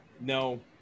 no